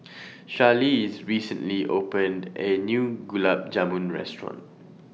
Charlize recently opened A New Gulab Jamun Restaurant